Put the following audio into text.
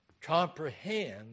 comprehend